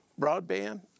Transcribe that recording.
broadband